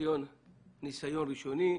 ניסיון ראשוני.